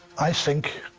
i think